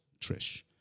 Trish